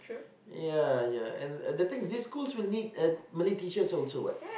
ya ya and and the thing is these school will need uh Malay teachers also [what]